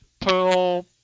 pearl